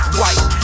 white